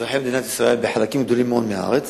אזרחי מדינת ישראל, בחלקים גדולים מאוד מהארץ,